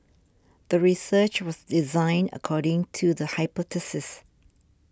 the research was designed according to the hypothesis